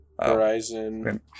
Horizon